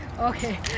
Okay